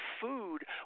food